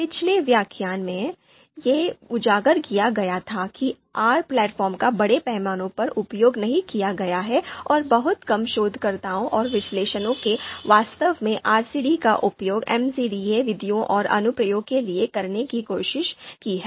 पिछले व्याख्यान में यह उजागर किया गया था कि आर प्लेटफॉर्म का बड़े पैमाने पर उपयोग नहीं किया गया है और बहुत कम शोधकर्ताओं और विश्लेषकों ने वास्तव में आरसीडी का उपयोग एमसीडीए विधियों और अनुप्रयोग के लिए करने की कोशिश की है